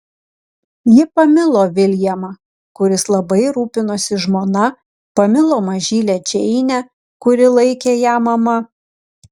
ji pamilo viljamą kuris labai rūpinosi žmona pamilo mažylę džeinę kuri laikė ją mama